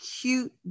cute